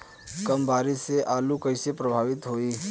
कम बारिस से आलू कइसे प्रभावित होयी?